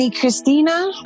Christina